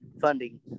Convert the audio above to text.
funding